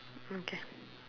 okay